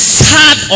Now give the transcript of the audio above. sad